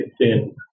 thin